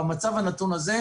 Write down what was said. במצב הנתון הזה,